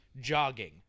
jogging